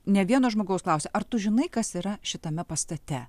ne vieno žmogaus klausia ar tu žinai kas yra šitame pastate